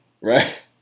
right